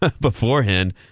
beforehand